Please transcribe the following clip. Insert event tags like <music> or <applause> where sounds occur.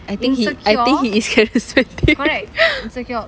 I think he I think he is charismatic <laughs>